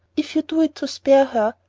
if you do it to spare her,